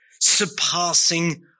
surpassing